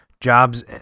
jobs